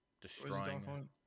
destroying